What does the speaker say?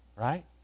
Right